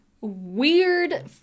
weird